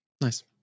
Nice